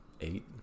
eight